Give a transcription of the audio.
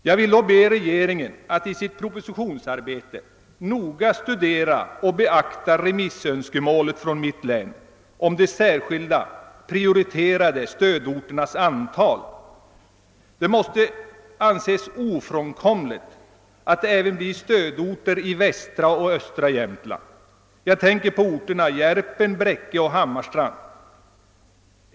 Jag vill dock be regeringen att i sitt propositionsarbete noga studera och beakta remissönskemålet från mitt län om de särskilda prioriterade stödorternas antal. Det måste anses som ofrånkomligt, att det även blir stödorter i västra och östra Jämtland. Jag tänker på orterna Järpen, Bräcke och Hammarstrand.